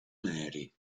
mary